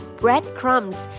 breadcrumbs